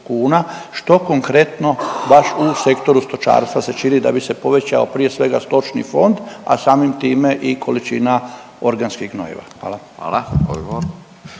što konkretno baš u Sektoru stočarstva se čini da bi se povećao prije svega stočni fond, a samim time i količina organskih gnojiva? Hvala.